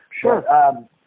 Sure